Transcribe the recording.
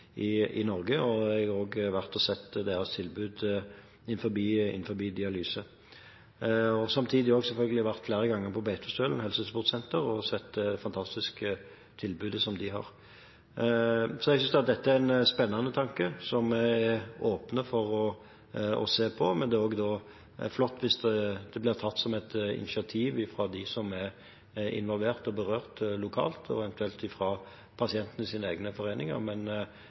Jeg har også vært og sett deres tilbud innenfor dialyse, og samtidig vært flere ganger på Beitostølen Helsesportsenter og sett det fantastiske tilbudet som de har der. Så jeg synes dette er en spennende tanke, som vi er åpne for å se på. Det er også flott hvis det blir tatt opp som et initiativ fra dem som er involvert og berørt lokalt, og eventuelt fra pasientenes egne foreninger.